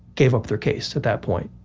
gave up their case at that point.